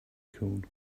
called